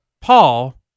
Paul